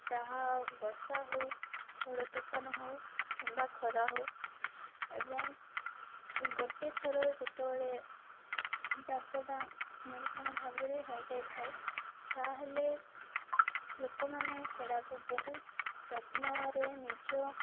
ଯାହା ବର୍ଷା ହଉ ଛଡ଼ ତୋଫାନ ହଉ କିମ୍ବା ଖରା ହଉ ଏବଂ ଗୋଟେ ଥର ଯେତେବେଳେ ଚାଷଟା ନିରୁପଣ ଭାବରେ ହୋଇଯାଇ ଥାଏ ତା'ହେଲେ ଲୋକମାନେ ସେଇଟାକୁ ବହୁତ ଯତ୍ନରେ ନିଜ